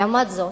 לעומת זאת,